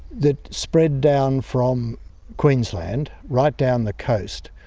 that spread down from queensland right down the coast.